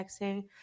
Texting